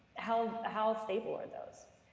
how how stable are those?